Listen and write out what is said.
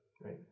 right